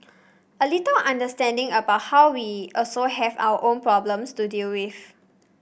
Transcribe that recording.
a little understanding about how we also have our own problems to deal with